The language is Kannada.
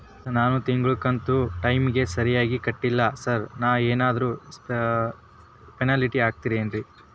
ನಾನು ತಿಂಗ್ಳ ಕಂತ್ ಟೈಮಿಗ್ ಸರಿಗೆ ಕಟ್ಟಿಲ್ರಿ ಸಾರ್ ಏನಾದ್ರು ಪೆನಾಲ್ಟಿ ಹಾಕ್ತಿರೆನ್ರಿ?